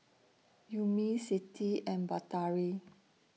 Ummi Siti and Batari